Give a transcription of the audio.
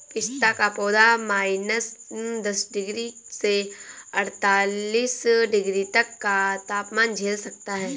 पिस्ता का पौधा माइनस दस डिग्री से अड़तालीस डिग्री तक का तापमान झेल सकता है